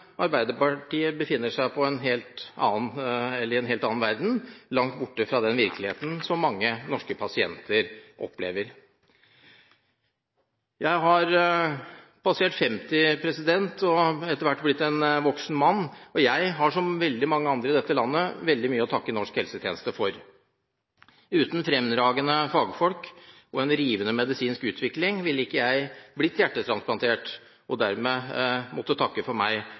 Arbeiderpartiet befinner seg i en helt annen verden, langt borte fra den virkeligheten som mange norske pasienter opplever. Jeg har passert 50 år og er etter hvert blitt en voksen mann. Jeg har, som veldig mange andre i dette landet, veldig mye å takke norsk helsetjeneste for. Uten fremragende fagfolk og en rivende medisinsk utvikling ville ikke jeg fått hjertetransplantasjon, og dermed hadde jeg måttet takke for meg